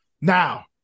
Now